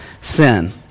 sin